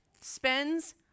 spends